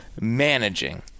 managing